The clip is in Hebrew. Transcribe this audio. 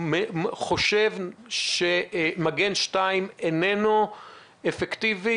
חושב שמגן 2 אינו אפקטיבי?